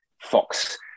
fox